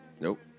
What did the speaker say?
Nope